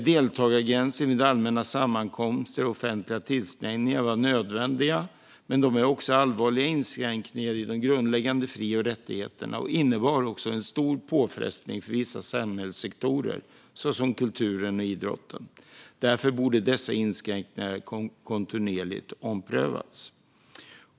Deltagargränsen vid allmänna sammankomster och offentliga tillställningar var nödvändig, men den var också en allvarlig inskränkning i de grundläggande fri och rättigheterna och innebar också en stor påfrestning för vissa samhällssektorer såsom kulturen och idrotten. Därför borde dessa inskränkningar kontinuerligt ha omprövats.